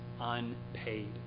unpaid